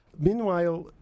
Meanwhile